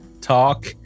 Talk